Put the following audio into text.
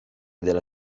della